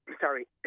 Sorry